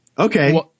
okay